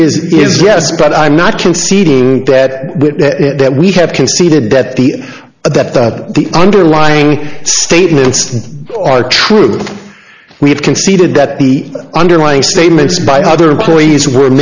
is yes but i'm not conceding that that we have conceded that the that the underlying statements are true that we have conceded that the underlying statements by other employees were